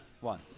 one